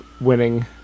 winning